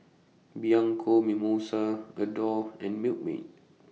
Bianco Mimosa Adore and Milkmaid